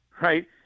right